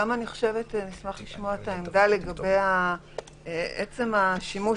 נשמח גם לשמוע את העמדה שלכם לגבי עצם השימוש